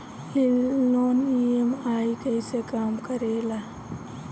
ई loan EMI कईसे काम करेला?